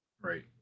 Right